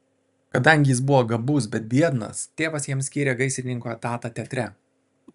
kadangi jis buvo gabus bet biednas tėvas jam skyrė gaisrininko etatą teatre